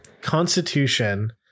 Constitution